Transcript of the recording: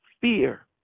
fear